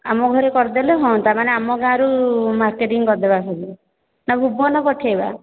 ଆମ ଘରେ କରିଦେଲେ ହଅନ୍ତା ମାନେ ଆମ ଗାଁ ରୁ ମାର୍କେଟିଙ୍ଗ କରିଦେବା ସବୁ ନାଁ ଭୁବନ ପଠାଇବା